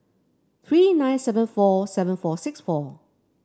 three nine seven four seven four six four